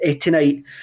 tonight